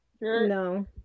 No